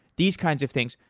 these kinds of things.